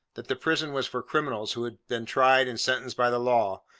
that the prison was for criminals who had been tried and sentenced by the law,